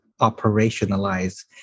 operationalize